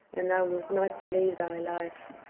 and thou wait not believe thy life.